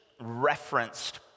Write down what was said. referenced